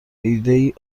ایدهای